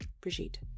Brigitte